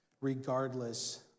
regardless